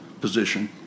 position